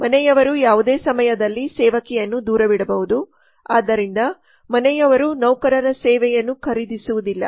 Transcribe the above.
ಮನೆಯವರು ಯಾವುದೇ ಸಮಯದಲ್ಲಿ ಸೇವಕಿಯನ್ನು ದೂರವಿಡಬಹುದು ಆದ್ದರಿಂದ ಮನೆಯವರು ನೌಕರರ ಸೇವೆಯನ್ನು ಖರೀದಿಸುವುದಿಲ್ಲ